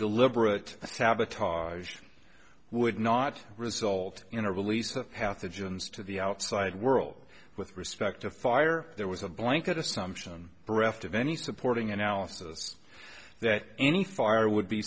deliberate sabotage would not result in a release of pathogens to the outside world with respect to fire there was a blanket assumption bereft of any supporting analysis that any fire would be